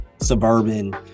suburban